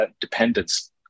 dependence